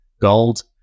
gold